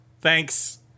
Thanks